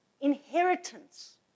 Inheritance